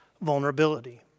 vulnerability